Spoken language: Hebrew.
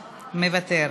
מוותר,